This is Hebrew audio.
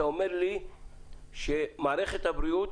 אתה אומר לי שמערכת הבריאות